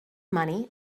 money